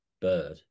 bird